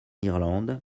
irlande